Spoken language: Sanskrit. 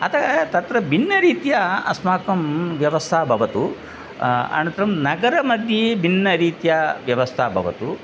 अतः तत्र भिन्नरीत्या अस्माकं व्यवस्था भवतु अनन्तरं नगरमध्ये भिन्नरीत्या व्यवस्था भवतु